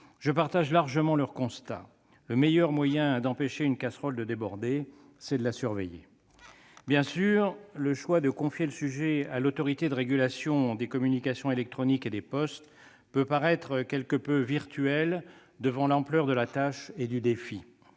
Je partage largement le constat de mes collègues : le meilleur moyen d'empêcher une casserole de déborder, c'est de la surveiller. Bien sûr, le choix de confier le sujet à l'Autorité de régulation des communications électroniques, des postes et de la distribution de la presse peut paraître quelque peu virtuel devant l'ampleur de la tâche et du défi.